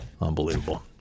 Unbelievable